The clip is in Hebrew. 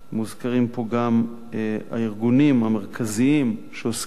מוזכרים פה גם הארגונים המרכזיים שעוסקים